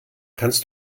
kannst